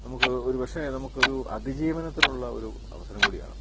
നമുക്ക് ഒരുപക്ഷെ നമുക്കൊരു അതിജീവനത്തിനുള്ള ഒരു അവസരം കൂടിയാണ്